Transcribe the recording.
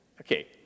Okay